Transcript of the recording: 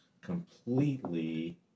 completely